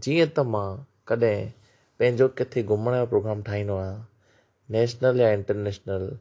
जीअं त मां कॾहिं पंहिंजो किथे घुमणु जो प्रोग्राम ठाहींदो आहियां नेशनल या इंटरनेशनल